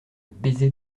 baiser